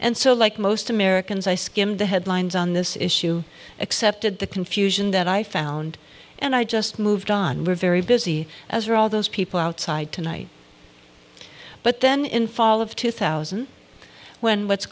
and so like most americans i skimmed the headlines on this issue accepted the confusion that i found and i just moved on we're very busy as are all those people outside tonight but then in fall of two thousand when what's